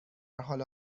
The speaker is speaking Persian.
حال